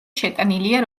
შეტანილია